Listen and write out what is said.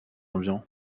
ambiant